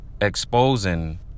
exposing